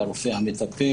לרופא המטפל,